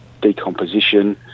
decomposition